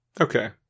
Okay